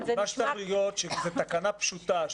צריכה להיות תקנה פשוטה,